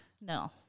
no